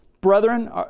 brethren